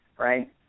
right